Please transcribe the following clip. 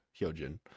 hyojin